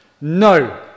No